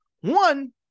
One